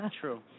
True